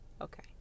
Okay